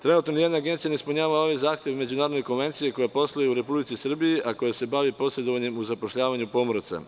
Trenutno ni jedna agencija ne ispunjava ovaj zahtev Međunarodne konvencije koja posluje u Republici Srbiji, a koja se bavi posedovanjem u zapošljavanju pomoraca.